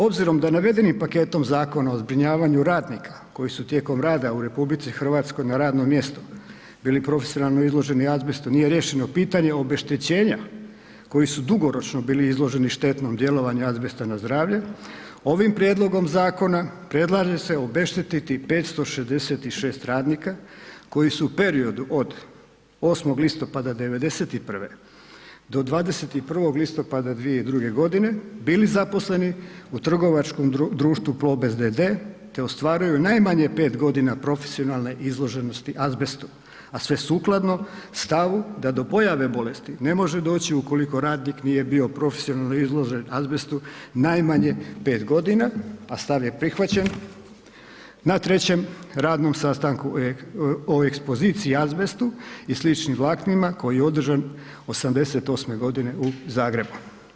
Obzirom da navedeni paketom zakona o zbrinjavanju radnika koji su tijekom rada u RH na radnom mjestu bili profesionalno izloženi azbestu, nije riješeno pitanje obeštećenja koji su dugoročno bili izloženi štetnom djelovanju azbesta na zdravlje, ovim prijedlogom zakona predlaže se obeštetiti 566 radnika koji su u periodu od 8. listopada 91. do 21. listopada 2002. g. bili zaposleni u trgovačkom društvu Plobest d.d. te ostvaruju najmanje 5 godina profesionalne izloženosti azbestu, a sve sukladno stavu da do pojave bolesti ne može doći ukoliko radnik nije bio profesionalno izložen azbestu najmanje 5 godina, a stav je prihvaćen na 3. radnom sastanku o ekspoziciji i azbestu i sličnim vlaknima koji je održan 88. g. u Zagrebu.